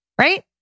Right